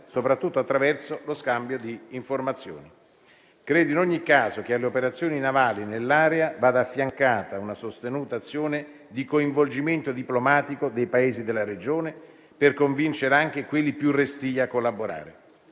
soprattutto attraverso lo scambio di informazioni. Credo in ogni caso che alle operazioni navali nell'area vada affiancata una sostenuta azione di coinvolgimento diplomatico dei Paesi della regione, per convincere anche quelli più restii a collaborare.